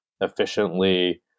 efficiently